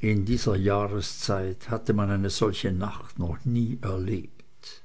in dieser jahreszeit hatte man eine solche nacht noch nie erlebt